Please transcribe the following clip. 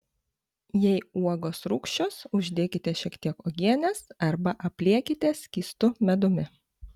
jei uogos rūgščios uždėkite šiek tiek uogienės arba apliekite skystu medumi